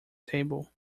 table